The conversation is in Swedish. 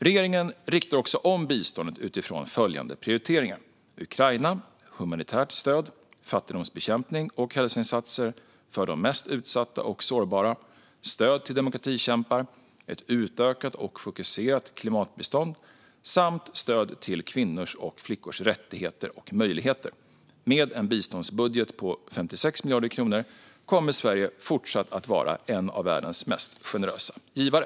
Regeringen riktar också om biståndet utifrån följande prioriteringar: Ukraina, humanitärt stöd, fattigdomsbekämpning och hälsoinsatser för de mest utsatta och sårbara, stöd till demokratikämpar, ett utökat och fokuserat klimatbistånd samt stöd till kvinnors och flickors rättigheter och möjligheter. Med en biståndsbudget på 56 miljarder kronor kommer Sverige fortsatt att vara en av världens mest generösa givare.